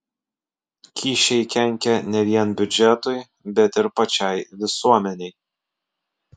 kyšiai kenkia ne vien biudžetui bet ir pačiai visuomenei